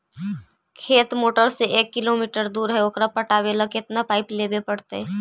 खेत मोटर से एक किलोमीटर दूर है ओकर पटाबे ल केतना पाइप लेबे पड़तै?